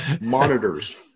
monitors